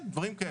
כן, דברים כאלה.